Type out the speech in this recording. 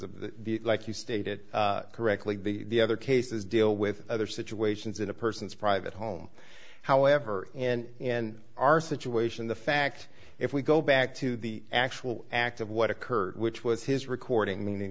of the like you stated correctly the other cases deal with other situations in a person's private home however and in our situation the fact if we go back to the actual act of what occurred which was his recording